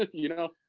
you know?